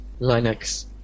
Linux